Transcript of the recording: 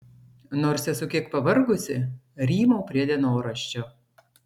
nors esu kiek pavargusi rymau prie dienoraščio